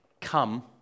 come